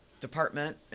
department